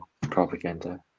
propaganda